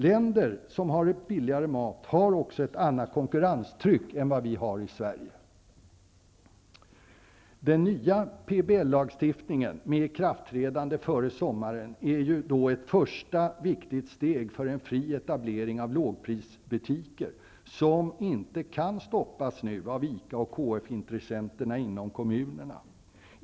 Länder som har billigare mat har också ett annat konkurrenstryck än vad vi har i Den nya PBL-lagstiftningen med ikraftträdande före sommaren är ett första viktigt steg för en fri etablering av lågprisbutiker, som nu inte kan stoppas av ICA och KF-intressenterna inom kommunerna.